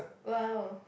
!wow!